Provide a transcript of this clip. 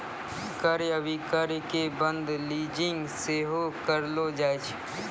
क्रय अभिक्रय के बंद लीजिंग सेहो कहलो जाय छै